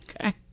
Okay